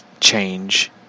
change